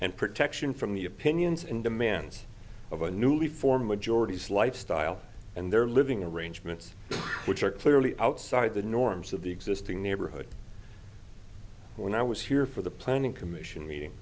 and protection from the opinions and demands of a newly formed majorities lifestyle and their living arrangements which are clearly outside the norms of the existing neighborhood when i was here for the planning commission meeting